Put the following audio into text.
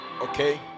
okay